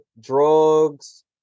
drugs